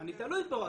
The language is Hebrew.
אני תלוי בו.